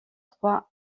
trois